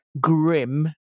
grim